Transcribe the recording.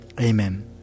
Amen